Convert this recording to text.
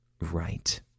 right